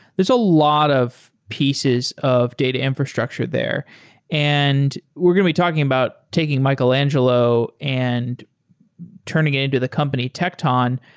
there're a lot of pieces of data infrastructure there and we're going to be talking about taking michelangelo and turning it into the company, tecton.